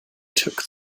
took